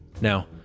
Now